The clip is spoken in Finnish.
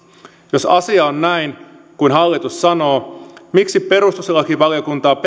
jos asia on näin kuin hallitus sanoo miksi perustuslakivaliokuntaa